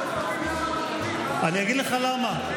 אני אגיד לך למה,